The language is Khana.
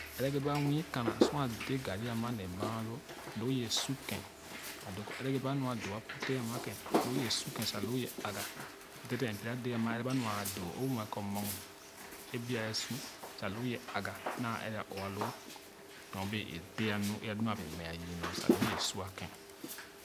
Egereba nwii kanasu a dē garri ama ne maalo loo ye su kèn a doo kɔ egere ba nu a doo aputèh ama kèn loo ye su ken sa loo ye aga dedèn bora dɛɛ ama ɛrɛ ba nu a doo o muɛ kɔ mug ē biaɛ si sa loo ye aga na ɛrɛ a ɔɔ loo nyo bee a dee nu é a lu nu a bɛɛ meah yii nyo sa loo ye a sua kèn